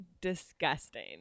disgusting